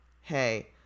hey